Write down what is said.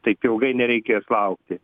taip ilgai nereikės laukti